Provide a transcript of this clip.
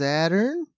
Saturn